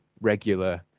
regular